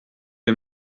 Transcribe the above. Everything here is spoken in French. est